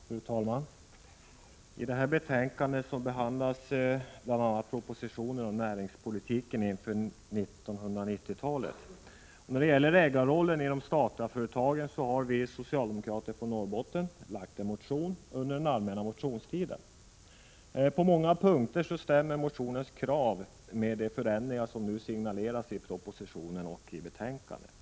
Fru talman! I detta betänkande behandlas bl.a. propositionen om näringspolitik inför 1990-talet. När det gäller ägarrollen i de statliga företagen har vi socialdemokrater från Norrbotten lagt en motion under den allmänna motionstiden. På många punkter stämmer motionens krav med de förändringar som nu signaleras i propositionen och i betänkandet.